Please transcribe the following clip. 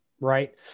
right